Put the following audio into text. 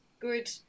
good